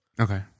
Okay